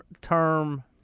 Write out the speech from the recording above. term